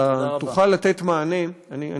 תוכל לתת מענה גם